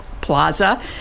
Plaza